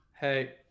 Hey